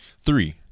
Three